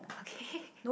okay